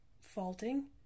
faulting